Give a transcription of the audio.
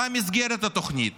מה מסגרת התוכנית?